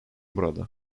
burada